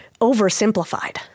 oversimplified